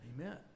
Amen